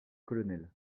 colonels